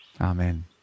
Amen